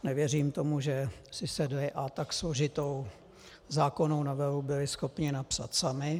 Nevěřím tomu, že si sedli a tak složitou zákonnou novelu byli schopni napsat sami.